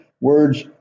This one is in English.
words